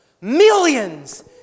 millions